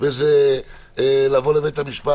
צריך לזכור שבסופו של דבר יש גם סמכות חנינה.